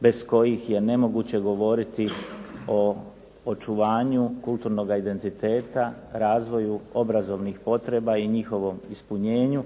bez kojih je nemoguće govoriti o očuvanju kulturnoga identiteta, razvoju obrazovnih potreba i njihovom ispunjenju,